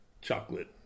chocolate